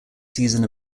season